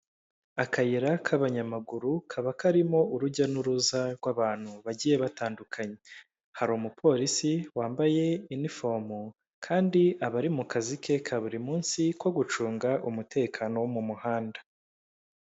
Akayira k'abanyamaguru kaba karimo urujya n'uruza rw'abantu bagiye batandukanye. Hari umupolisi wambaye inifomo kandi aba ari mu kazi ke ka buri munsi ko gucunga umutekano wo mu muhanda.